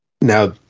now